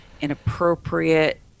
inappropriate